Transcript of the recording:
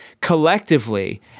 collectively